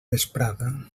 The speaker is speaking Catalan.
vesprada